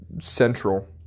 central